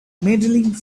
medaling